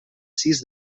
sis